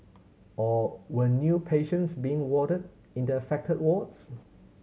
or when new patients being warded in the affected wards